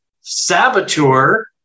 saboteur